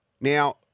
Now